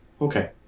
okay